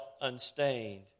unstained